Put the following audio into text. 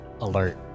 alert